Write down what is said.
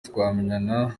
twamenyana